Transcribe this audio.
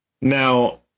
Now